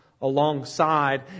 alongside